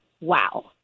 wow